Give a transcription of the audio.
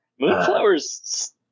Moonflower's